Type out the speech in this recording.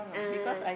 ah